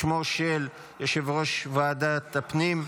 בשמו של יושב-ראש ועדת הפנים,